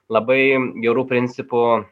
labai geru principu